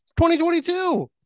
2022